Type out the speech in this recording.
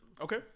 Okay